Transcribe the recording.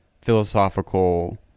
philosophical